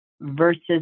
versus